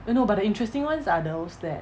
no but the interesting ones are those that